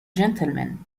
gentlemen